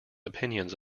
opinions